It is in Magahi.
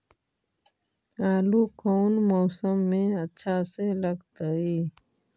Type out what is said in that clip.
आलू कौन मौसम में अच्छा से लगतैई?